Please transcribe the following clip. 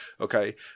okay